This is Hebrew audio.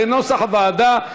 כנוסח הוועדה.